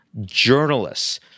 journalists